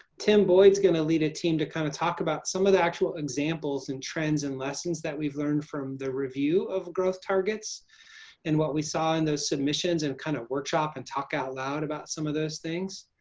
tim boyd's going to lead a team to kind of talk about some of the actual examples and trends and lessons that we've learned from the review of growth targets and what we saw in those submissions and kind of workshop and talk out loud about some of those things.